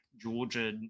Georgia